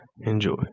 enjoy